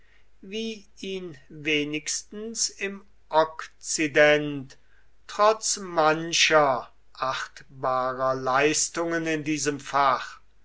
wie ihn wenigstens im okzident trotz mancher achtbarer leistungen in diesem fach